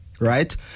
Right